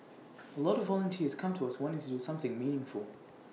A lot of volunteers come to us wanting to do something meaningful